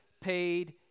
paid